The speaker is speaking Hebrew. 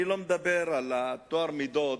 אני לא מדבר על טוהר המידות,